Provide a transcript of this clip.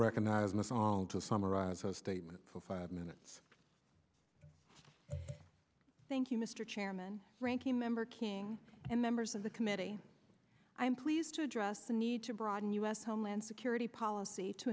recognize in a song to summarize his statement for five minutes thank you mr chairman ranking member king and members of the committee i am pleased to address the need to broaden u s homeland security policy to